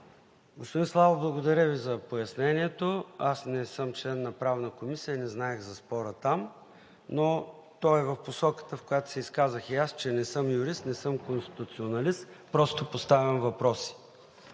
Господин Славов, благодаря Ви за пояснението. Аз не съм член на Правната комисия, не знаех за спора там, но той е в посоката, в която се изказах и аз, че не съм юрист, не съм конституционалист, просто поставям въпроси